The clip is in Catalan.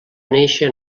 néixer